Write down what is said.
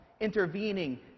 intervening